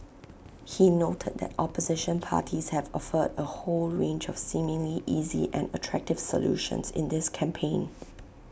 he noted that opposition parties have offered A whole range of seemingly easy and attractive solutions in this campaign